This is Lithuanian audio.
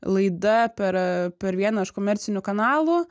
laida per per vieną iš komercinių kanalų